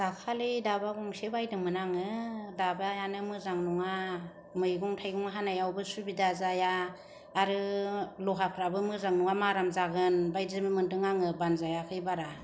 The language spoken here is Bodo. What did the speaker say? दाखालै दाबा गंसे बायदोंमोन आङो दाबायानो मोजां नङा मैगं थायगं हानायावबो सुबिदा जाया आरो लहाफ्राबो मोजां नङा माराम जागोन बादिबो मोन्दों आङो बानजायाखै बारा